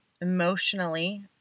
emotionally